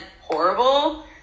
horrible